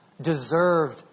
deserved